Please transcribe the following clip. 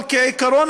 אבל כעיקרון,